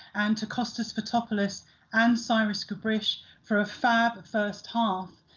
and to costas fotopoulos and cyrus gabrysch for a fab first half.